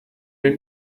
den